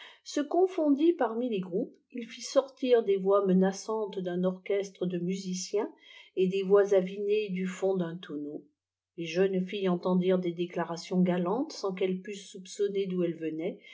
se confondit parmi les groupes il fît sortir des voix menaçantes d'un orchestre de musiciens et des voix avinées du fond çl'un tonneau les jeunes filles entendirent des déclarations galantes sans qu'elles pussent soupçonner d'où elles venaient